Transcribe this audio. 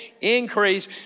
increase